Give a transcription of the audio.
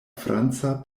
franca